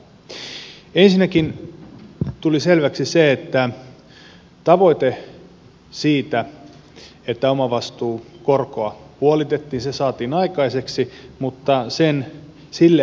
ensinnäkin tuli selväksi se että se tavoite että omavastuukorko puolitetaan saavutettiin